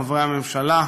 חברי הממשלה,